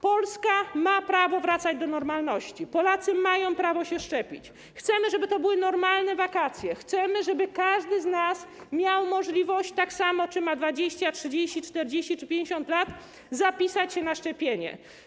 Polska ma prawo wracać do normalności, Polacy mają prawo się szczepić, chcemy, żeby to były normalne wakacje, chcemy, żeby każdy z nas miał możliwość tak samo - czy ma 20, 30, 40 czy 50 lat - zapisać się na szczepienie.